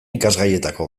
ikasgaietako